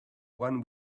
one